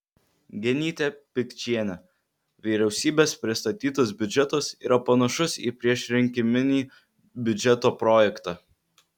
genytė pikčienė vyriausybės pristatytas biudžetas yra panašus į priešrinkiminį biudžeto projektą